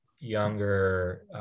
younger